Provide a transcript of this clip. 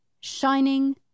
shining